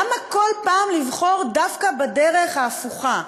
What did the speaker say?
למה כל פעם לבחור דווקא בדרך ההפוכה?